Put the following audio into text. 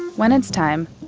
when it's time,